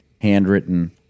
handwritten